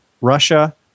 Russia